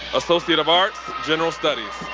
associate of arts, general studies.